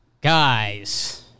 Guys